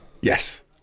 yes